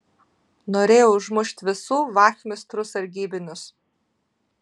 norėjo užmušt visų vachmistrų sargybinius